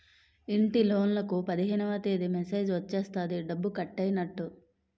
ఇంటిలోన్లకు పదిహేనవ తేదీ మెసేజ్ వచ్చేస్తది డబ్బు కట్టైనట్టు